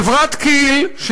חברת כי"ל,